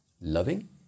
Loving